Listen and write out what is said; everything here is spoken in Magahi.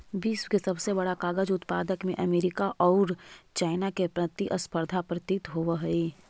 विश्व के सबसे बड़ा कागज उत्पादक में अमेरिका औउर चाइना में प्रतिस्पर्धा प्रतीत होवऽ हई